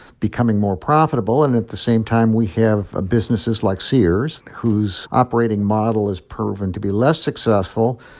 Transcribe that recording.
becoming more profitable. and at the same time, we have businesses like sears whose operating model has proven to be less successful.